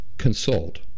Consult